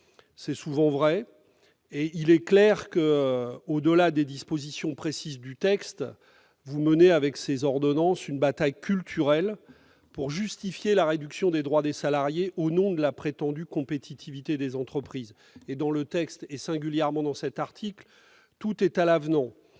c'est souvent vrai, et il est clair que, au-delà des dispositions précises de ce texte, vous menez avec ces ordonnances une bataille culturelle pour justifier la réduction des droits des salariés au nom de la prétendue compétitivité des entreprises. Ainsi, dans le texte, singulièrement dans cet article, tout est à l'avenant.